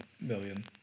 million